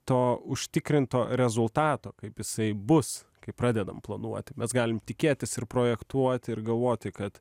to užtikrinto rezultato kaip jisai bus kai pradedam planuoti mes galim tikėtis ir projektuoti ir galvoti kad